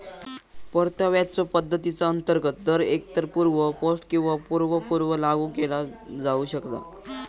परताव्याच्यो पद्धतीचा अंतर्गत दर एकतर पूर्व पोस्ट किंवा पूर्व पूर्व लागू केला जाऊ शकता